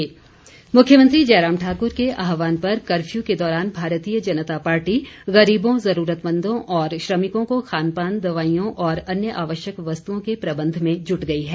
भाजपा मुख्यमंत्री जयराम ठाकुर के आहवान पर कर्फ्यू के दौरान भारतीय जनता पार्टी गरीबों ज़रूरतमंदों और श्रमिकों को खानपान दवाईयों और अन्य आवश्यक वस्तुओं को प्रबंध में जुट गई है